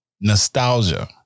Nostalgia